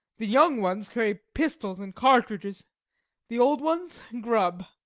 the young ones carry pistols and cartridges the old ones, grub.